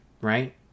right